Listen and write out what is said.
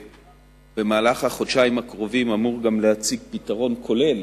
שבמהלך החודשיים הקרובים אמור גם להציג פתרון כולל,